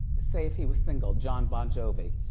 say if he was single, jon bon jovi.